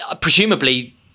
presumably